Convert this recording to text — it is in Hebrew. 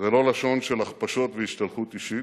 ולא לשון של הכפשות והשתלחות אישית.